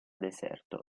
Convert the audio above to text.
deserto